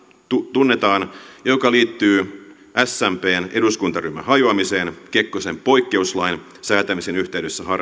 tunnetaan ja joka liittyy smpn eduskuntaryhmän hajoamiseen kekkosen poikkeuslain säätämisen yhteydessä